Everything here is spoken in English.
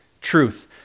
truth